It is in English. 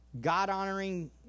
God-honoring